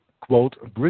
quote